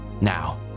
Now